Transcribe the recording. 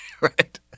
Right